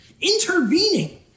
intervening